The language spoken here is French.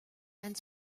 anne